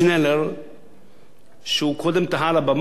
שקודם תהה על הבמה, שהדוקטורים יחליטו.